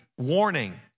Warning